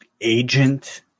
agent